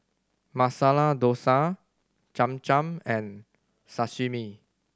Masala Dosa Cham Cham and Sashimi